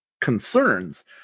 concerns